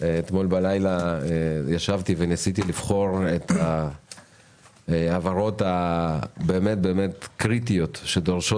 אתמול בלילה ישבתי וניסיתי לבחור את ההעברות שהן באמת קריטיות ודורשות